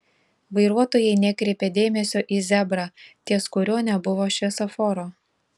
vairuotojai nekreipė dėmesio į zebrą ties kuriuo nebuvo šviesoforo